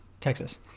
Texas